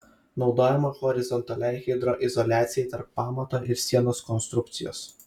naudojama horizontaliai hidroizoliacijai tarp pamato ir sienos konstrukcijos